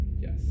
Yes